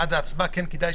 ואנחנו בהחלט נציגי ציבור.